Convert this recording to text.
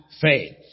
faith